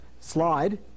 slide